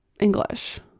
English